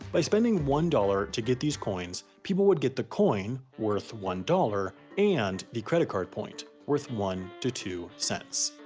by spending one dollar to get these coins, people would get the coin, worth one dollar, and the credit card point, worth one to two cents.